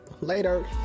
Later